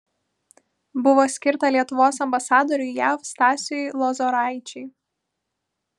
buvo skirta lietuvos ambasadoriui jav stasiui lozoraičiui